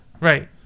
Right